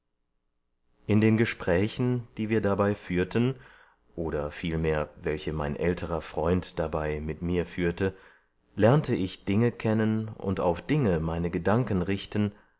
in den gesprächen die wir dabei führten oder vielmehr welche mein älterer freund dabei mit mir führte lernte ich dinge kennen und auf dinge meine gedanken richten